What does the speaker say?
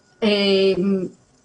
אוקיי, הנקודה ברורה.